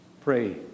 pray